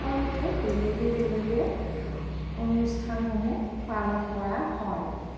সকলোতে বেলেগে বেলেগে অনুষ্ঠানসমূহ পালন কৰা হয়